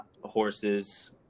horses